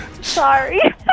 Sorry